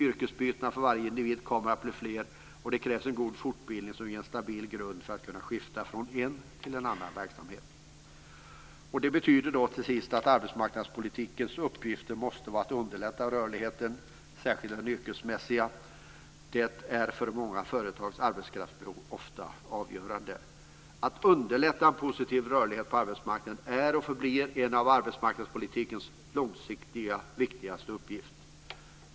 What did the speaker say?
Yrkesbytena för varje individ kommer att bli fler, och det krävs en god fortbildning som ger en stabil grund för att människor ska kunna skifta från en verksamhet till en annan. Det betyder att arbetsmarknadspolitikens uppgifter måste vara att underlätta rörligheten, särskilt den yrkesmässiga. För många företags arbetskraftsbehov är det ofta avgörande. Att underlätta en positiv rörlighet på arbetsmarknaden är och förblir en av arbetsmarknadspolitikens långsiktigt viktigaste uppgift.